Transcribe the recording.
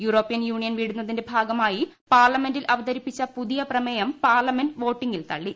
European Union വിടുന്നതിന്റെ ഭാഗമായി പാർലമെന്റിൽ അവതരിപ്പിച്ച് പുതിയ പ്രമേയം പാർലമെന്റ് വോട്ടിങ്ങിൽ തള്ളി